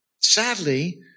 Sadly